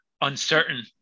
uncertain